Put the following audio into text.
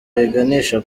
biganisha